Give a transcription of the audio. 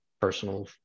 personal